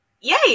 yay